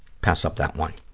pass up that one.